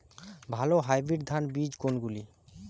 ভালো হাইব্রিড ধান বীজ কোনগুলি?